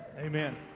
Amen